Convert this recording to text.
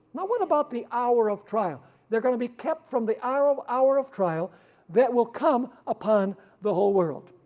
now what about the hour of trial they're going to be kept from the hour of hour of trial that will come upon the whole world.